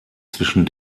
zwischen